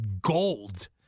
gold